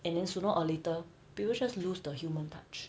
and then sooner or later people just lose the human touch